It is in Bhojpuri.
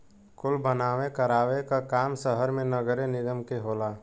कुल बनवावे करावे क काम सहर मे नगरे निगम के होला